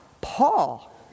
Paul